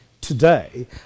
today